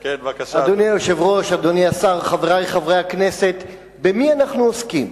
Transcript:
ותמיד חבר הכנסת זאב ידבר אחרון,